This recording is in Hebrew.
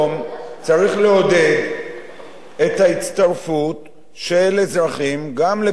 צריך לעודד את ההצטרפות של אזרחים גם לפעולות